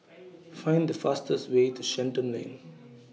Find The fastest Way to Shenton Lane